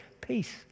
peace